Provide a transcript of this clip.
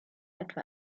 etwa